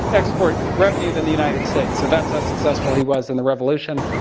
export revenue than the united states. so that's how successful he was in the revolution.